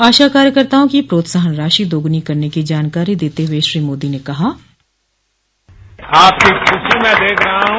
आशा कार्यकर्ताओं की प्रोत्साहन राशि दोगुनी करने की जानकारी देते हुए श्री मोदी ने कहा आपकी खुशी मैं देख रहा हूं